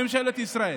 זה קשור לממשלה.